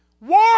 War